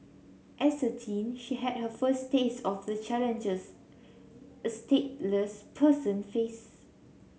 as a teen she had her first taste of the challenges a stateless person face